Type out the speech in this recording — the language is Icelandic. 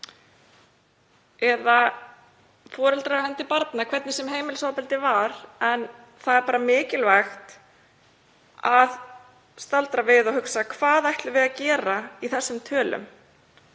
eða foreldrar af hendi barna, hvernig sem heimilisofbeldið var. Það er mikilvægt að staldra við og hugsa: Hvað ætlum við að gera við þessar tölur?